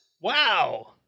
wow